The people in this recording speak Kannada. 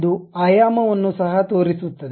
ಅದು ಆಯಾಮವನ್ನು ಸಹ ತೋರಿಸುತ್ತದೆ